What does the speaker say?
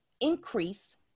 increase